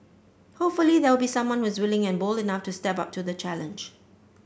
hopefully there will be someone who is willing and bold enough to step up to the challenge